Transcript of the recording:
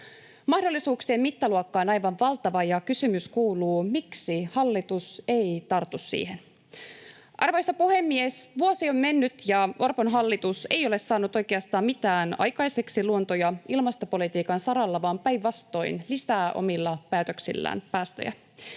Mahdollisuuksien mittaluokka on aivan valtava. Kysymys kuuluu: miksi hallitus ei tartu siihen? Arvoisa puhemies! Vuosi on mennyt, ja Orpon hallitus ei ole saanut oikeastaan mitään aikaiseksi luonto- ja ilmastopolitiikan saralla vaan päinvastoin lisää omilla päätöksillään päästöjä.